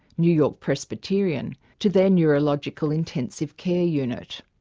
new york presbyterian, to their neurological intensive care unit.